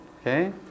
Okay